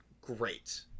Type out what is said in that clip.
great